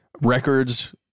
records